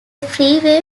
freeway